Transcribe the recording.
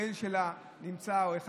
הדבר הזה עוד יותר בולט בתקופת הקורונה.